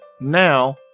now